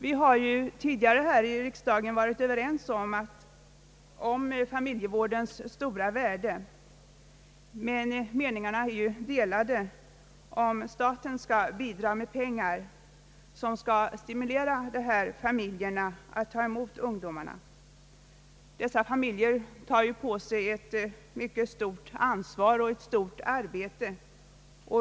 Vi har tidigare här i riksdagen varit överens om familjevårdens stora värde, men meningarna är ju de lade om huruvida staten skall bidraga med pengar som skall stimulera familjer att ta emot ungdomar. Dessa familjer tar på sig ett mycket stort ansvar och ett stort arbete.